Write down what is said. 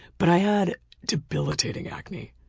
but i had debilitating acne.